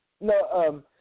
No